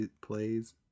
Plays